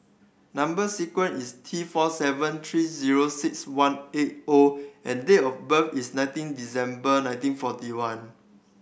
number sequence is T four seven three zero six one eight O and date of birth is nineteen December nineteen forty one